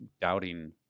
doubting